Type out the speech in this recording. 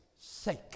sake